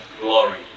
glory